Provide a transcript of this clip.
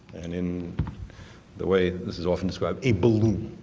and in the way this is often described, a balloon.